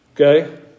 Okay